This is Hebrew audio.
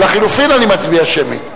על החלופין אני מצביע שמית.